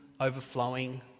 overflowing